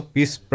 Peace